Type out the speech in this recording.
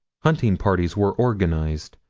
hunting parties were organized,